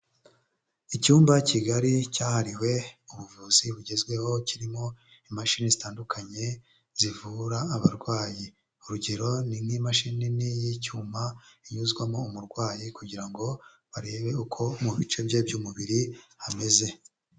Icyumba kigari cyahariwe ubuvuzi bugezweho kirimo imashini zitandukanye zivura abarwayi urugero, ni nk'imashini nini y'icyuma inyuzwamo umurwayi kugira ngo barebe uko mu bice bye by'umubiri hameze.